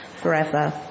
forever